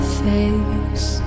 face